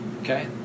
okay